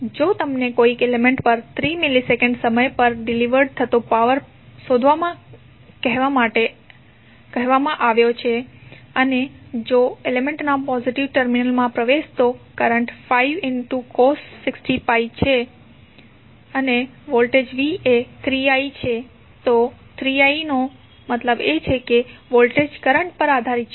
જો તમને કોઈ એલિમેન્ટ પર 3 મિલિસેકન્ડ સમય પર ડિલિવર્ડ થતો પાવર શોધવા માટે કહેવામાં આવે અને જો એલિમેન્ટ ના પોઝિટિવ ટર્મિનલ માં પ્રવેશતો કરંટ5 cos 60πt A છે અને વોલ્ટેજ v એ 3i છે તો 3i નો મતલબ છે કે વોલ્ટેજ કરંટ પર આધારીત છે